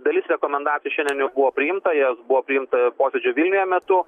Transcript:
dalis rekomendacijų šiandien jau buvo priimta jos buvo priimta posėdžio vilniuje metu